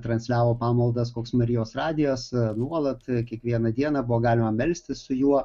transliavo pamaldas koks marijos radijas nuolat kiekvieną dieną buvo galima melstis su juo